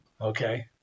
Okay